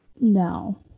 No